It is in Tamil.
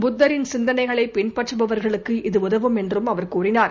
புத்தரின் சிந்தனைகளை பின்பற்றுபவர்களுக்கு இது உதவம் என்று பிரதமர் கூறினார்